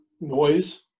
noise